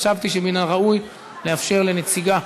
חשבתי שמן הראוי לאפשר לנציגה